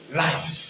life